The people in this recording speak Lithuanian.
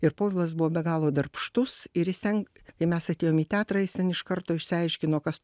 ir povilas buvo be galo darbštus ir jis ten kai mes atėjom į teatrą jis ten iš karto išsiaiškino kas